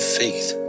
faith